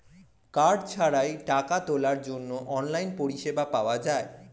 card ছাড়াই টাকা তোলার জন্য অনলাইন পরিষেবা পাওয়া যায়